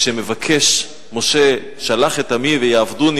כשמבקש משה "שלח את עמי ויעבדֻני",